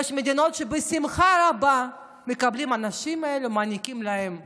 יש מדינות שבשמחה רבה מקבלות את האנשים האלה ומעניקות להם הטבות,